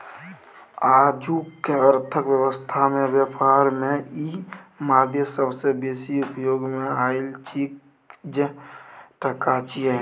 आजुक अर्थक व्यवस्था में ब्यापार में ई मादे सबसे बेसी उपयोग मे आएल चीज टका छिये